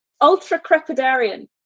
ultra-crepidarian